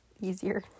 easier